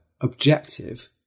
objective